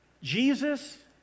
Jesus